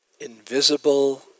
invisible